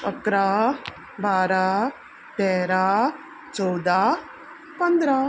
इकरा बारा तेरा चवदा पंदरा